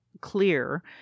clear